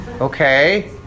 okay